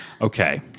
Okay